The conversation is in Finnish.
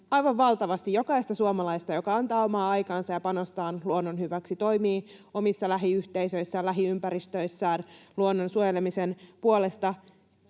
aivan valtavasti jokaista suomalaista, joka antaa omaa aikaansa ja panostaan luonnon hyväksi, toimii omissa lähiyhteisöissään ja lähiympäristöissään luonnon suojelemisen puolesta.